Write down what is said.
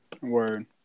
Word